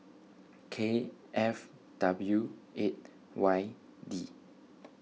K F W eight Y D